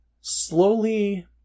slowly